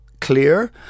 clear